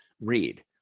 read